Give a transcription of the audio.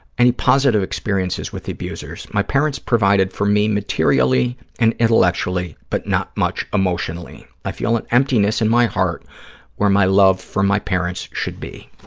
any positive experiences with the abusers? my parents provided for me materially and intellectually but not much emotionally. i feel an emptiness in my heart where my love for my parents should be.